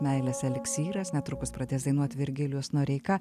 meilės eliksyras netrukus pradės dainuot virgilijus noreika